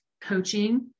coaching